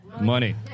money